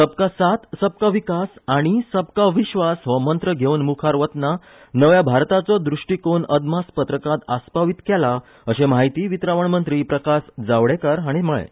सबका साथ सबा विकास आनी विस्वास हो मंत्र घेवन मुखार वतना नव्या भारताचो दृश्टीकोन अदमासपत्रकांत आस्पावीत केला अशें माहिती वितरावण मंत्री प्रकाश जावडेकरान म्हळें